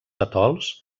atols